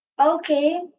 Okay